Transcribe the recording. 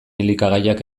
elikagaiak